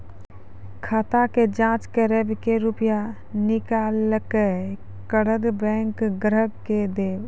खाता के जाँच करेब के रुपिया निकैलक करऽ बैंक ग्राहक के देब?